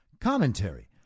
Commentary